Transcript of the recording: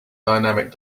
dynamic